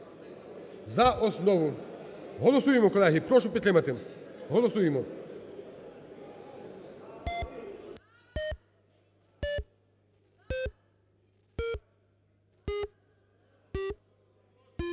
за основу. Голосуємо, колеги, прошу підтримати, голосуємо.